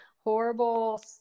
horrible